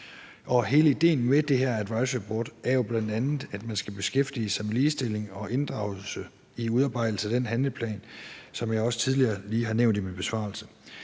Hele idéen med det her advisoryboard er jo bl.a., at man skal beskæftige sig med ligestilling og inddragelse i udarbejdelsen af den handleplan, som jeg også lige har nævnt tidligere i min besvarelse.